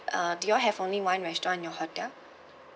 uh do you all have only one restaurant in your hotel